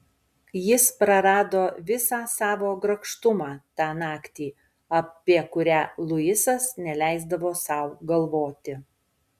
jis prarado visą savo grakštumą tą naktį apie kurią luisas neleisdavo sau galvoti